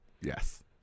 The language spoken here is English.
Yes